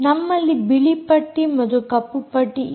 ನಮ್ಮಲ್ಲಿ ಬಿಳಿ ಪಟ್ಟಿ ಮತ್ತು ಕಪ್ಪು ಪಟ್ಟಿ ಇದೆ